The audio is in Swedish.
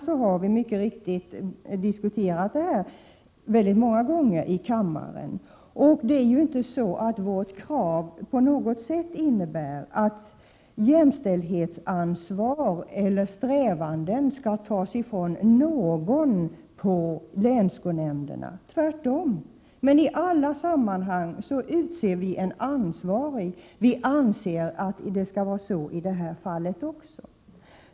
Vårt krav härvidlag innebär inte på något sätt att någon på länsskolnämnderna skall fråntas jämställdhetsansvar eller uppgiften att sträva efter jämställdhet —-tvärtom. I alla sammanhang utser vi ju en ansvarig, och vi anser att det skall vara så också i detta fall.